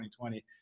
2020